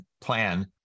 Plan